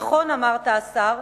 נכון אמרת, השר,